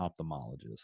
ophthalmologist